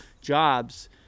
jobs